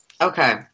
Okay